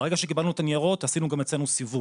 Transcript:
ברגע שקיבלנו את הניירות עשינו גם אצלנו סיבוב,